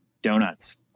donuts